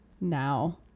Now